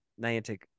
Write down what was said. Niantic